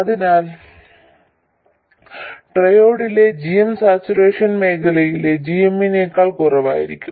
അതിനാൽ ട്രയോഡിലെ g m saturation മേഖലയിലെ gm നേക്കാൾ കുറവായിരിക്കും